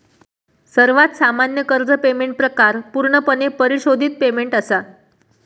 सर्वात सामान्य कर्ज पेमेंट प्रकार पूर्णपणे परिशोधित पेमेंट असा